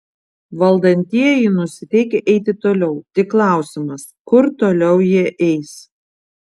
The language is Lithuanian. valdantieji nusiteikę eiti toliau tik klausimas kur toliau jie eis